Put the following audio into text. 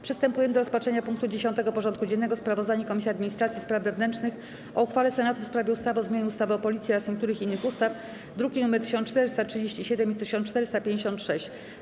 Przystępujemy do rozpatrzenia punktu 10. porządku dziennego: Sprawozdanie Komisji Administracji i Spraw Wewnętrznych o uchwale Senatu w sprawie ustawy o zmianie ustawy o Policji oraz niektórych innych ustaw (druki nr 1437 i 1456)